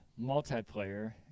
multiplayer